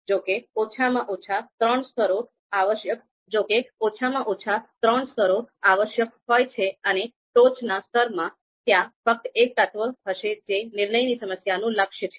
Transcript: જો કે ઓછામાં ઓછા ત્રણ સ્તરો આવશ્યક હોય છે અને ટોચનાં સ્તરમાં ત્યાં ફક્ત એક તત્વ હશે જે નિર્ણયની સમસ્યાનું લક્ષ્ય છે